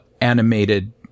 animated